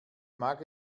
mag